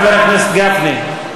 חבר הכנסת נסים זאב,